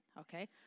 okay